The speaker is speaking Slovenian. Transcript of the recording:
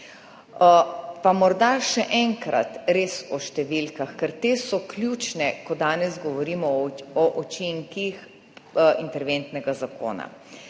Pa morda še enkrat res o številkah, ker te so ključne, ko danes govorimo o učinkih interventnega zakona.